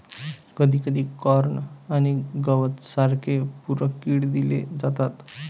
कधीकधी कॉर्न आणि गवत सारखे पूरक फीड दिले जातात